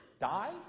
die